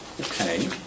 Okay